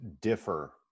differ